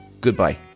Goodbye